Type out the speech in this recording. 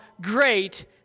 great